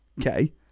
Okay